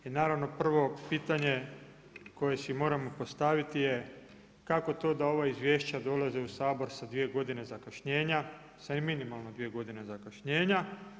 I naravno prvo pitanje koje si moramo postaviti je kako to da ova izvješća dolaze u Sabor sa dvije godine zakašnjenja, sa minimalno dvije godine zakašnjenja?